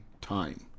time